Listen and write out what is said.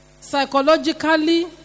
psychologically